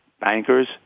bankers